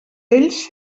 ells